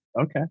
okay